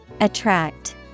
Attract